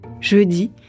Jeudi